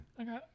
Okay